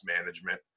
management